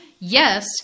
Yes